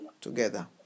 together